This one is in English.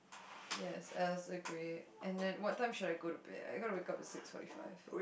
yes Alice the Great and then what time should I go to bed I gotta wake up at six forty five